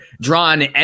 drawn